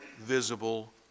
visible